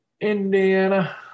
Indiana